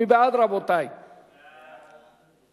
מי בעד, רבותי?